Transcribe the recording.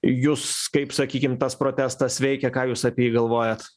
jus kaip sakykim tas protestas veikia ką jūs apie jį galvojat